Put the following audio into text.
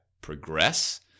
progress